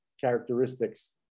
characteristics